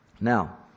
Now